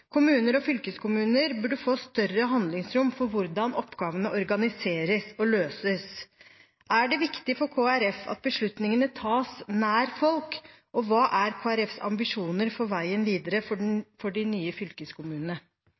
Kommuner og fylkeskommuner burde få større handlingsrom for hvordan oppgavene organiseres og løses. Er det viktig for Kristelig Folkeparti at beslutningene tas nær folk, og hva er Kristelig Folkepartis ambisjoner for veien videre for de nye fylkeskommunene?